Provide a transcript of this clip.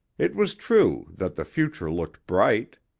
it was true that the future looked bright.